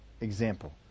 example